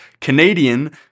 Canadian